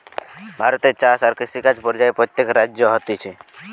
ভারতে চাষ আর কৃষিকাজ পর্যায়ে প্রত্যেক রাজ্যে হতিছে